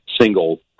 single